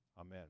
Amen